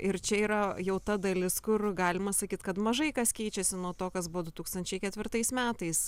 ir čia yra jau ta dalis kur galima sakyt kad mažai kas keičiasi nuo to kas buvo du tūkstančiai ketvirtais metais